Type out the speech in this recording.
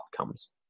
outcomes